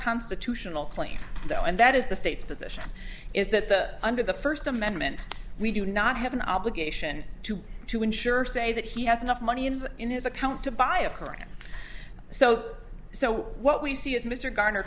constitutional claim though and that is the state's position is that the under the first amendment we do not have an obligation to to ensure say that he has enough money and in his account to buy a current so so what we see is mr garner